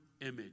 image